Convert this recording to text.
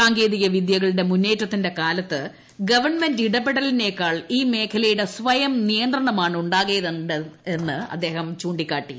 സാങ്കേതിക വിദ്യകളുടെ മുന്നേറ്റത്തിന്റെ കാലത്ത് ഗവൺമെന്റ് ഇടപടലിനെക്കാൾ ഈ മേഖലയുടെ സ്വയം നിയന്ത്രണമാണ് ഉണ്ടാകേണ്ടതെന്ന് അദ്ദേഹം ചൂണ്ടിക്കാട്ടി